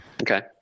Okay